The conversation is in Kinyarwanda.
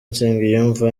nsengiyumva